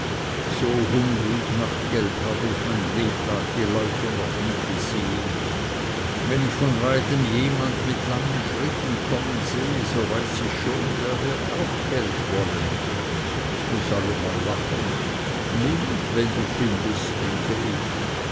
so hungrig nach geld habe ich mein lebtag die leute noch nie gesehen wenn ich von weitem jemand mit langen schritten kommen sehe so weiß ich schon der wird auch geld wollen ich muß allemal lachen nimm wenn du findst denke ich